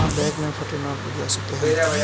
आप बैंक में फटे नोट बदल सकते हैं